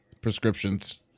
prescriptions